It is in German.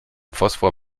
phosphor